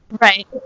right